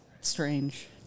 strange